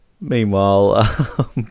Meanwhile